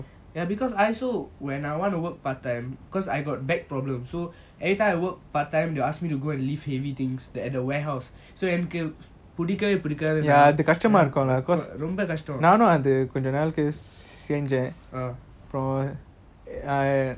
ya because I also when I want to work part time cause I got back problems so every time I work part time they will ask me to go and lift heavy things at the warehouse so என்னக்கு பிடிக்கவேய பிடிக்காது ரொம்ப கஷ்டம்:ennaku pidikavey pidikaathu romba kastam